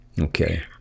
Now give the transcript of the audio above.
okay